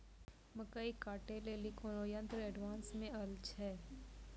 मकई कांटे ले ली कोनो यंत्र एडवांस मे अल छ?